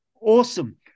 awesome